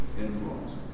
Influence